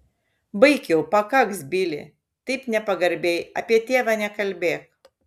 baik jau pakaks bili taip nepagarbiai apie tėvą nekalbėk